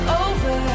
over